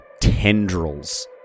tendrils